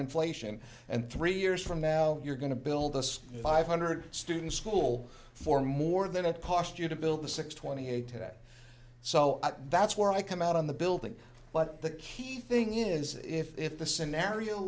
inflation and three years from now you're going to build this five hundred students school for more than it cost you to build the six twenty eight so that's where i come out on the building but the key thing is if the scenario